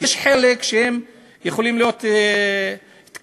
חלק מהם יכולים להיות תוקפניים,